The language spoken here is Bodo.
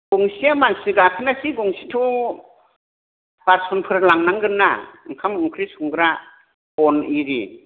गंसेयाव मानसि गाखोनोसै गंसेथ' बासोनफोर लांनांगोन ना ओंखाम ओंख्रि संग्रा बन आरि